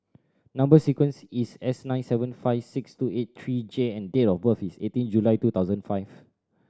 number sequence is S nine seven five six two eight three J and date of birth is eighteen July two thousand five